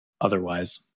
otherwise